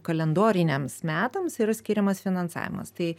kalendoriniams metams yra skiriamas finansavimas tai